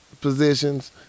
positions